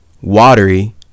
watery